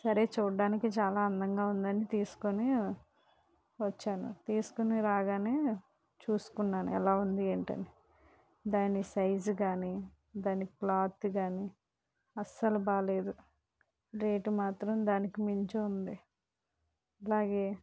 సరే చూడ్డానికి చాలా అందంగా ఉందని తీసుకొని వచ్చాను తీసుకొని రాగానే చూసుకున్నాను ఎలా ఉంది ఏంటని దాని సైజు కానీ దాని క్లాత్ కానీ అస్సలు బాగాలేదు రేటు మాత్రం దానికి మించి ఉంది అలాగే